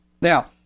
Now